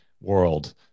world